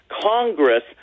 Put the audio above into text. Congress